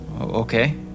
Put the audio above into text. Okay